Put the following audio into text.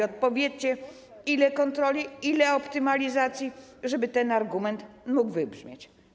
Odpowiedzcie, ile kontroli, ile optymalizacji, żeby ten argument mógł wybrzmieć.